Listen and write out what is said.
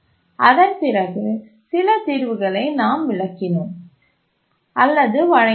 அதன்பிறகு சில தீர்வுகளை நாம் விளக்கினோம் அல்லது வழங்கினோம்